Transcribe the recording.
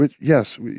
Yes